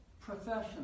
professional